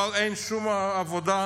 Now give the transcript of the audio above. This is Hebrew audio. אבל אין שום עבודה,